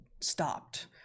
stopped